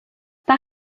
par